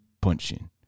punching